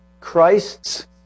Christ's